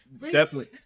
definitely-